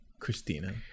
Christina